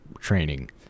training